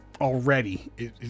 already